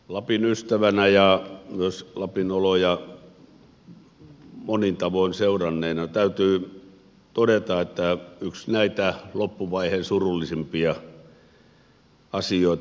lapin ystävänä ja myös lapin oloja monin tavoin seuranneena täytyy todeta että tämä on yksi näitä loppuvaiheen surullisimpia asioita